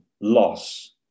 loss